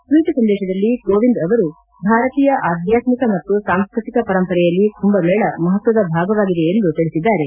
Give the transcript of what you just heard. ಟ್ವೀವ್ ಸಂದೇಶದಲ್ಲ ಕೋವಿಂದ್ ಅವರು ಭಾರತೀಯ ಆಧ್ಯಾತ್ಮಿಕ ಮತ್ತು ಸಾಂಸ್ಕೃತಿಕ ಪರಂಪರೆಯಅ್ಲ ಕುಂಭ ಮೇಳ ಮಹತ್ವದ ಭಾಗವಾಗಿದೆ ಎಂದು ತಿಳಿಸಿದ್ದಾರೆ